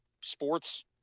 sports